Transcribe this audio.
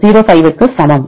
05 க்கு சமம்